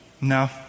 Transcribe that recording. No